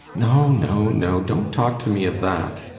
no, no, no don't talk to me of that!